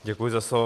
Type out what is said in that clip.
Děkuji za slovo.